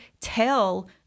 tell